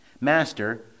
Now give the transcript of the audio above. Master